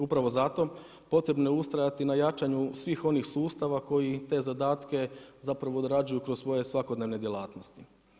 Upravo zato potrebno je ustrajati na jačanju svih onih sustava koji te zadatke zapravo odrađuju kroz svoje svakodnevne djelatnosti.